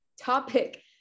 topic